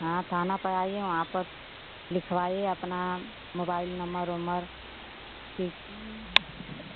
हाँ थाना पर आइए वहाँ पर लिखवाइए अपना मोबाइल नम्बर वम्बर